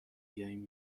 این